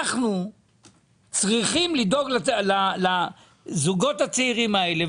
אנחנו צריכים לדאוג לזוגות הצעירים האלה,